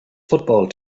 football